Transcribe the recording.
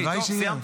הלוואי שיהיה.